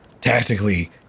tactically